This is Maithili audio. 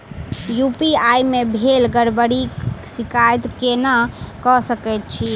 यु.पी.आई मे भेल गड़बड़ीक शिकायत केना कऽ सकैत छी?